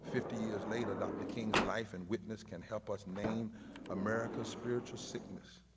fifty years later, dr. king's life and witness can help us name america's spiritual sickness